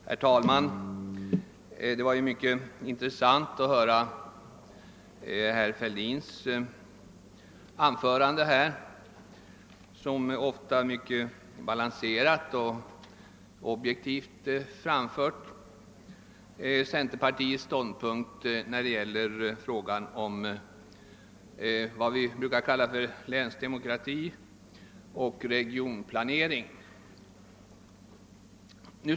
Herr talman! Det var mycket intressant att höra herr Fälldins anförande, vilket — som så ofta brukar vara fallet — balanserat och objektivt framförde centerpartiets ståndpunkt till frågan om länsdemokrati och regionplanering.